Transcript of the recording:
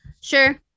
Sure